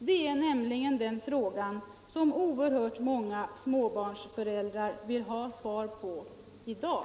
Det är nämligen den frågan som oerhört många småbarnsföräldrar vill ha svar på i dag.